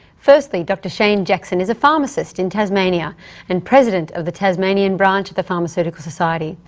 firstly, dr shane jackson is a pharmacist in tasmania and president of the tasmanian branch of the pharmaceutical society.